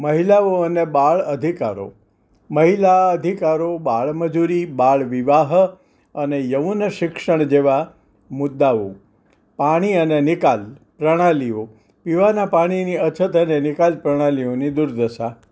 મહિલાઓ અને બાળ અધિકારો મહિલા અધિકારો બાળ મજૂરી બાળ વિવાહ અને યૌન શિક્ષણ જેવા મુદ્દાઓ પાણી અને નિકાલ પ્રણાલીઓ પીવાના પાણીની અછત અને નિકાલ પ્રણાલીઓની દુર્દશા